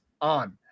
On